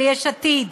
של יש עתיד,